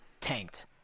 tanked